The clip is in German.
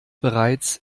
bereits